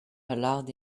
allowed